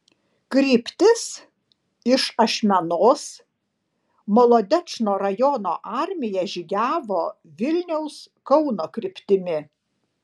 kryptis iš ašmenos molodečno rajono armija žygiavo vilniaus kauno kryptimi